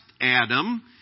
Adam